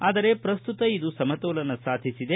ಆದರೆ ಪ್ರಸ್ತುತ ಇದು ಸಮತೋಲನ ಸಾಧಿಸಿದೆ